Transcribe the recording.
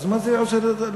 אז מה זה עושה לתקציב?